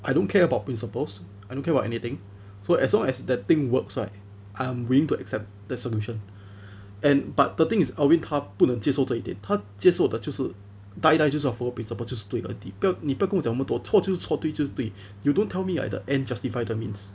I don't care about principles I don't care about anything so as long as that thing works right I'm willing to accept the solution and but the thing is always 他不能接受这一点他接受的就是 die die 就是要 follow principle 就是对的你不你不跟我讲那么多错就是错对就是对 you don't tell me you're at the end justify the means